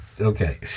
okay